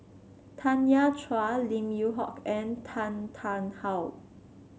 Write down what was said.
Tanya Chua Lim Yew Hock and Tan Tarn How